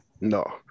no